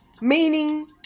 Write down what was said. Meaning